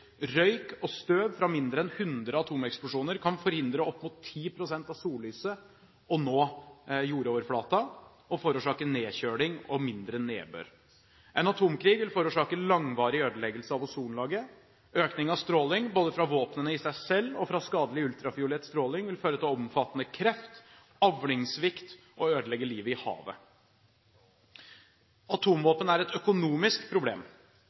Røyk og støv fra mindre enn hundre atomeksplosjoner kan forhindre opp mot 10 pst. av sollyset fra å nå jordoverflaten og forårsake nedkjøling og mindre nedbør. En atomkrig vil forårsake langvarig ødeleggelse av ozonlaget. Økning av stråling, både fra våpnene selv og fra skadelig ultrafiolett stråling, vil føre til omfattende kreft, avlingssvikt og ødelegge livet i havet. Atomvåpen er et økonomisk problem.